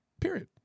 Period